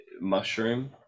mushroom